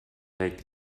take